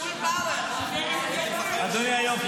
אדוני היו"ר,